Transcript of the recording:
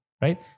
right